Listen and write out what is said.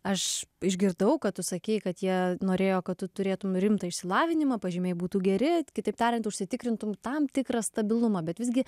aš išgirdau kad tu sakei kad jie norėjo kad tu turėtum rimtą išsilavinimą pažymiai būtų geri kitaip tariant užsitikrintum tam tikrą stabilumą bet visgi